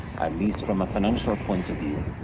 at least from a financial point of view,